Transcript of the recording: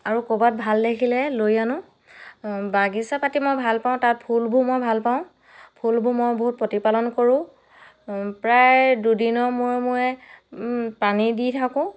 আৰু কৰোবাত ভাল দেখিলে লৈ আনো বাগিচা পাতি মই ভাল পাওঁ তাত ফুলবোৰ মই ভাল পাওঁ ফুলবোৰ মই বহুত প্ৰতিপালন কৰোঁ প্ৰায় দুদিনৰ মূৰে মূৰে পানী দি থাকোঁ